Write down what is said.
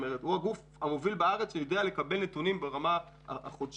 הוא הגוף המוביל בארץ שיודע לקבל נתונים ברמה החודשית,